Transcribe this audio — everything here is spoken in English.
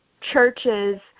churches